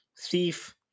Thief